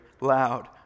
loud